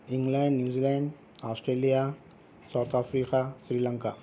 England New Zealand Australia South Africa Sri Lanka